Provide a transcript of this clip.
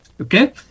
Okay